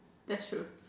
that's true